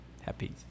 happy